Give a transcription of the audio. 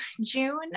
June